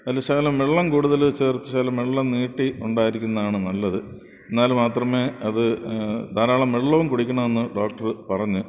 അതില് ശകലം വെള്ളം കൂടുതല് ചേർത്ത്ച്ചാലും വെള്ളം നീട്ടി ഉണ്ടായിരിക്കുന്നതാണ് നല്ലത് എന്നാൽ മാത്രമേ അത് ധാരാളം വെള്ളവും കുടിക്കണം എന്ന് ഡോക്ടര് പറഞ്ഞു